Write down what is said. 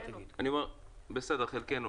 בסדר, חלקנו.